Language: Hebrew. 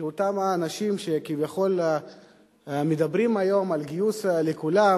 שאותם האנשים שכביכול מדברים היום על גיוס לכולם